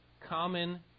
common